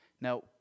Now